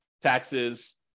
taxes